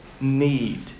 need